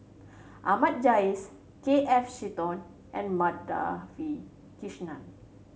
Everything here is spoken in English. Ahmad Jais K F Seetoh and Madhavi Krishnan